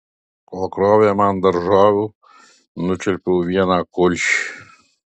kol krovė man daržovių nučiulpiau vieną kulšį